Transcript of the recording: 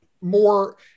more